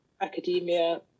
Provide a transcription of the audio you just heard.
academia